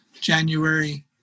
January